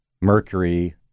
Mercury